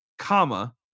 Comma